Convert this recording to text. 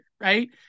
right